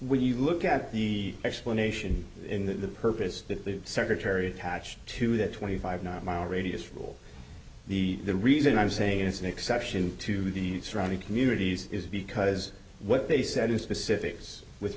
when you look at the explanation in the purpose that the secretary attached to that twenty five not mile radius rule the reason i'm saying it's an exception to the surrounding communities is because what they said is specifics with